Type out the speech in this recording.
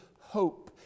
hope